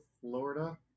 Florida